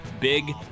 big